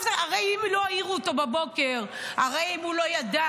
הרי אם לא העירו אותו בבוקר, הרי אם הוא לא ידע,